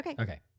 Okay